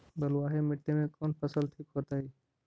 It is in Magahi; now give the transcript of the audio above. बलुआही मिट्टी में कौन फसल ठिक होतइ?